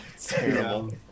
Terrible